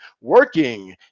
working